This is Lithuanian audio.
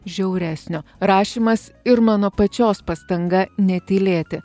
žiauresnio rašymas ir mano pačios pastanga netylėti